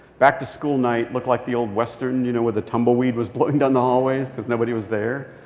back-to-school night looked like the old western, you know, where the tumbleweed was blowing down the hallways because nobody was there.